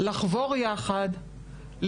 לחבור יחד,